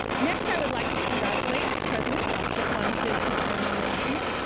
next i would like to congratulate president sopcich on his retirement announcement.